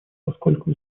поскольку